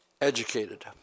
educated